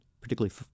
particularly